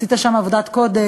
עשית שם כראש העירייה עבודת קודש,